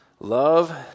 Love